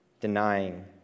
Denying